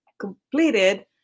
completed